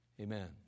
amen